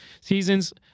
seasons